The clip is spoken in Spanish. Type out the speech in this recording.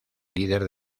líder